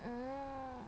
mm